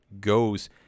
goes